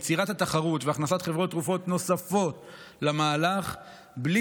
יצירת התחרות והכנסת חברות תרופות נוספות למהלך בלי